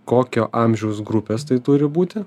kokio amžiaus grupės tai turi būti